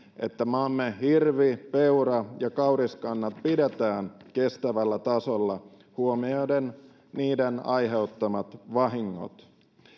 että maamme hirvi peura ja kauriskannat pidetään kestävällä tasolla huomioiden niiden aiheuttamat vahingot